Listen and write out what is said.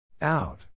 Out